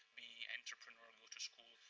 be entrepreneur, go to school.